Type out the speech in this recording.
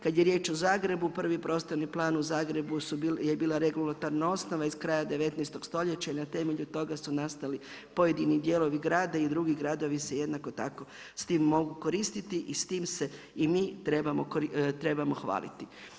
Kada je riječ o Zagrebu, prvi prostorni plan u Zagrebu je bila regulatorna osnova iz kraja 19. stoljeća i na temelju toga su nastali pojedini dijelovi grada i drugi gradovi se jednako tako s tim mogu koristiti i s tim se i mi trebamo hvaliti.